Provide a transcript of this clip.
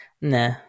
nah